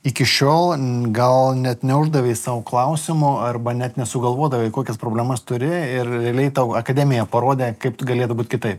iki šiol gal net neuždavei sau klausimo arba net nesugalvodavai kokias problemas turi ir realiai tau akademija parodė kaip tu galėtų būt kitaip